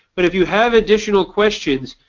but if you have additional questions,